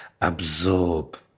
absorb